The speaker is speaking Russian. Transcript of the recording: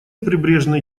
прибрежные